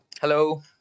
hello